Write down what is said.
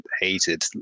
hated